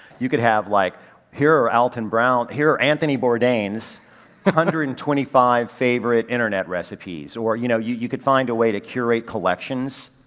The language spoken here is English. you could have like here are alton brown, here are anthony bourdain's one hundred and twenty five favorite internet recipes. or you know you you could find a way to curate collections,